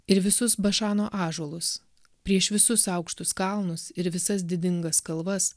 ir visus bašano ąžuolus prieš visus aukštus kalnus ir visas didingas kalvas